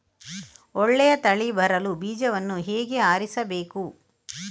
ಒಳ್ಳೆಯ ತಳಿ ಬರಲು ಬೀಜವನ್ನು ಹೇಗೆ ಆರಿಸಬೇಕು?